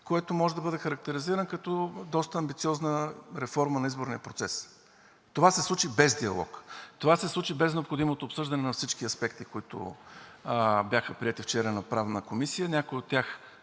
който може да бъде характеризиран като доста амбициозна реформа на изборния процес. Това се случи без диалог! Това се случи без необходимото обсъждане на всички аспекти, които бяха приети вчера на Правна комисия